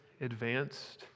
advanced